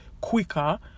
quicker